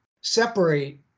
separate